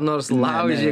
nors laužė